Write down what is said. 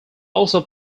also